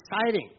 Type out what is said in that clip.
exciting